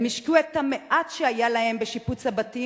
הם השקיעו את המעט שהיה להם בשיפוץ הבתים